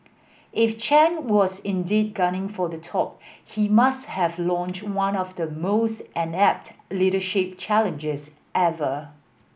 if Chen was indeed gunning for the top he must have launched one of the most inept leadership challenges ever